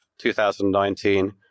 2019